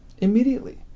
immediately